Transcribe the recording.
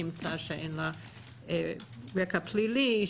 נמצא שאין לה רקע פלילי,